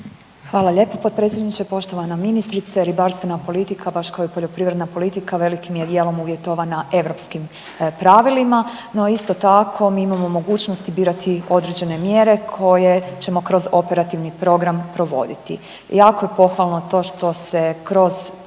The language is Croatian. Hvala lijepo potpredsjedniče. Poštovana ministrice, ribarstvena politika baš kao i poljoprivredna politika velikim je dijelom uvjetovana europskim pravilima, no isto tako mi imamo mogućnosti birati određene mjere koje ćemo kroz operativni program provoditi. Jako je pohvalno to što se kroz